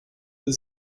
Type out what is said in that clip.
sie